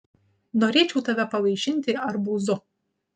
norėčiau tave pavaišinti arbūzu